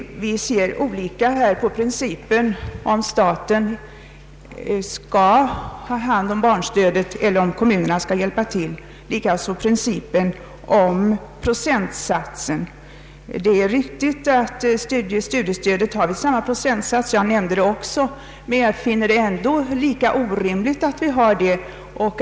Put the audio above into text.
Vi ser här olika på principen om staten skall ta hand om stödet till barnfamiljerna eller om kommunerna skall hjälpa till, och vi ser olika på principen om procentsatsen. Det är riktigt att samma procentsats råder i fråga om studiestödet — och jag nämnde det också — men jag finner det ändå lika orimligt att så är fallet.